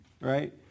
right